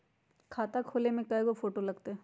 खाता खोले में कइगो फ़ोटो लगतै?